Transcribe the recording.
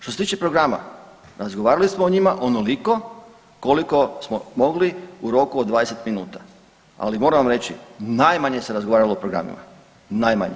Što se tiče programa, razgovarali smo o njima onoliko koliko smo mogli u roku od 20 minuta ali moram vam reći, najmanje se razgovaralo o programima, najmanje.